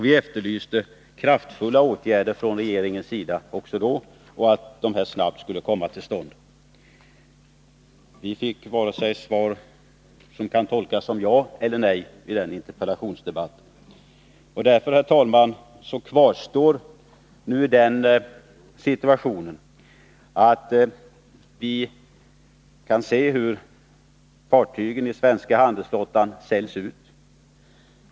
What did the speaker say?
Vi efterlyste också då kraftfulla åtgärder från regeringens sida och frågade om dessa snabbt skulle vidtas. Kommunikationsministerns svar kunde inte tolkas som vare sig ett ja eller ett nej. Därför, herr talman, är situationen densamma. Vi kan se hur fartygen i den svenska handelsflottan säljs ut.